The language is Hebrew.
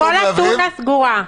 כל אתונה סגורה.